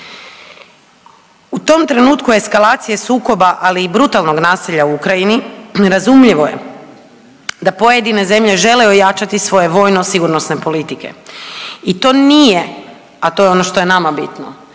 u tom trenutku eskalacije sukoba, ali i brutalnog nasilja u Ukrajini, razumljivo je da pojedine zemlje žele ojačati svoje vojno-sigurnosne politike i to nije, a to je ono što je nama bitno,